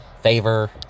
Favor